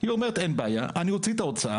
היא אומרת אין בעיה, אני אוציא את ההוצאה,